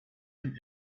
him